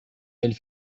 elle